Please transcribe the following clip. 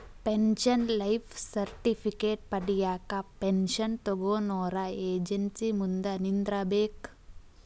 pension life certificate ಪಡ್ಯಾಕ pension ತೊಗೊನೊರ agency ಮುಂದ ನಿಂದ್ರಬೇಕ್